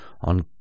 on